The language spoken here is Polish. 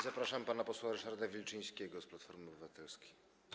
Zapraszam pana posła Ryszarda Wilczyńskiego z Platformy Obywatelskiej.